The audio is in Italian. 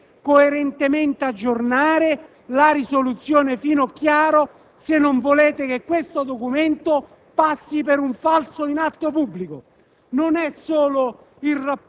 Su questo punto, in particolare, avete mentito clamorosamente al Parlamento, nel momento più alto, quello che fissa le linee di programmazione finanziaria.